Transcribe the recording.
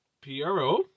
P-R-O